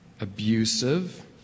abusive